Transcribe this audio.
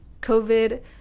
covid